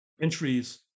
entries